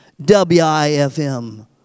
WIFM